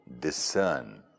discern